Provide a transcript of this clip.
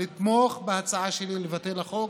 לתמוך בהצעה שלי ולבטל את החוק,